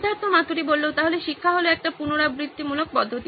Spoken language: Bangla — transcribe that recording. সিদ্ধার্থ মাতুরি তাহলে শিক্ষা হলো একটি পুনরাবৃত্তিমূলক পদ্ধতি